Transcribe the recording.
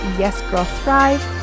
yesgirlthrive